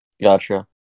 Gotcha